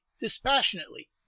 dispassionately